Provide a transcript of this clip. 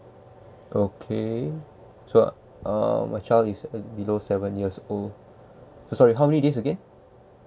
okay so uh my child is uh below seven years old sorry how many days again